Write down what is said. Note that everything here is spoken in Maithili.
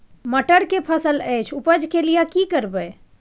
मटर के फसल अछि उपज के लिये की करबै?